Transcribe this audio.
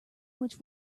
which